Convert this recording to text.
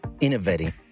innovating